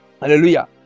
Hallelujah